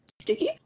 sticky